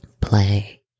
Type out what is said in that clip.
play